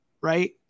right